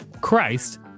Christ